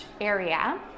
area